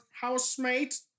housemate